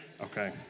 Okay